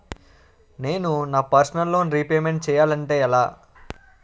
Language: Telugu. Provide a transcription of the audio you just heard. నేను నా పర్సనల్ లోన్ రీపేమెంట్ చేయాలంటే ఎలా?